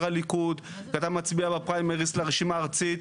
הליכוד ואתה מצביע בפריימריז לרשימה הארצית.